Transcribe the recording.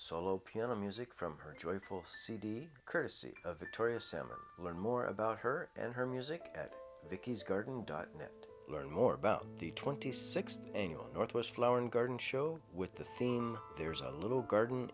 solo piano music from her joyful cd courtesy of victoria sam learn more about her and her music at the keys garden dot net learn more about the twenty sixth annual northwest flower and garden show with the theme there's a little garden